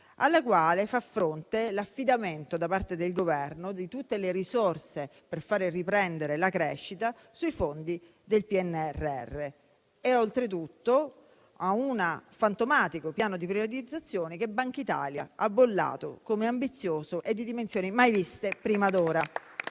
alla quale fa fronte l'affidamento, da parte del Governo, di tutte le risorse per far riprendere la crescita sui fondi del PNNR e, oltretutto, un fantomatico piano di privatizzazione che Bankitalia ha bollato come ambizioso e di dimensioni mai viste prima d'ora.